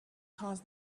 caused